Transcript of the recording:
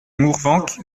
mourvenc